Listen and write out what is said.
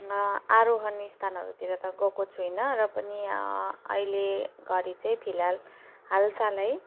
आरोहण स्थानहरूतिर त गएको छुइनँ र पनि यहाँ अहिले घरि चाहिँ फिलहाल हालसालै